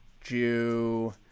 Jew